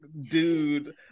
dude